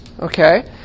okay